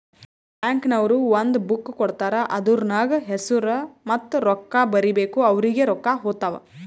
bank ನವ್ರು ಒಂದ್ book ಕೊಡ್ತಾರ್ ಅದೂರ್ನಗ್ ಹೆಸುರ ಮತ್ತ ರೊಕ್ಕಾ ಬರೀಬೇಕು ಅವ್ರಿಗೆ ರೊಕ್ಕಾ ಹೊತ್ತಾವ್